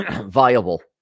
viable